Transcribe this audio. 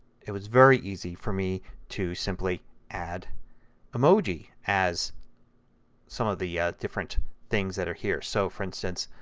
it was very easy for me to simply add emoji as some of the different things that are here. so, for instance,